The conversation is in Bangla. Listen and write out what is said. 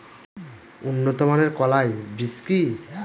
উন্নত মানের কলাই বীজ কি?